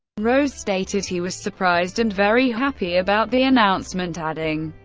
rose stated he was surprised and very happy about the announcement, adding,